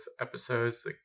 episodes